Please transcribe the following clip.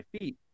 feet